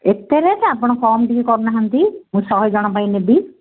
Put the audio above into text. ଏତେ ରେଟ୍ ଆପଣ କମ୍ ଟିକେ କରୁନାହାନ୍ତି ମୁଁ ଶହେଜଣ ପାଇଁ ନେବି